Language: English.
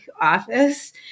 office